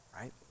right